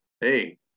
hey